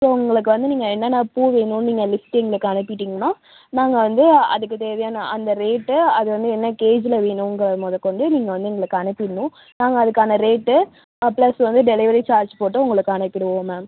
so உங்களுக்கு வந்து நீங்கள் என்னன்னா பூ வேணும்னு நீங்கள் லிஸ்ட் எங்களுக்கு அனுப்பிட்டீங்கன்னால் நாங்கள் வந்து அதுக்கு தேவையான அந்த ரேட்டு அது வந்து என்ன கேஜியில் வேணுங்கிறது மொதல்கொண்டு நீங்கள் வந்து எங்களுக்கு அனுப்பிவிடணும் நாங்கள் அதுக்கான ரேட்டு ப்ளஸ் வந்து டெலிவரி சார்ஜ் போட்டு உங்களுக்கு அனுப்பிடுவோம் மேம்